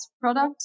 product